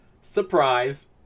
surprise